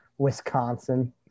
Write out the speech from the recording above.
Wisconsin